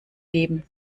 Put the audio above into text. leben